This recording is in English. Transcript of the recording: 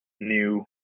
new